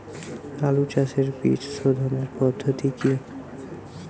আলু চাষের বীজ সোধনের পদ্ধতি কি?